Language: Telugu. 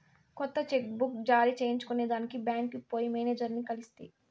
కొత్త చెక్ బుక్ జారీ చేయించుకొనేదానికి బాంక్కి పోయి మేనేజర్లని కలిస్తి